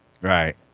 Right